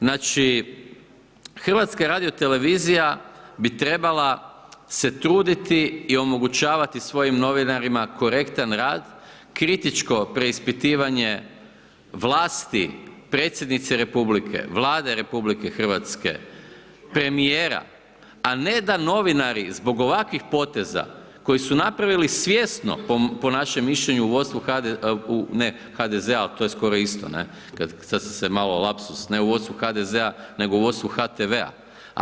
Znači HRT bi trebala se truditi i omogućavati svojim novinarima korektan rad, kritičko preispitivanje vlasti predsjednice Republike, Vlade RH, premijera a ne da novinari zbog ovakvih poteza koje su napravili svjesno po našem mišljenju u vodstvu HDZ, ne HDZ-a ali to je skoro isto, sada sam se malo lapsus, ne u vodstvu HDZ-a nego u vodstvu HTV-a.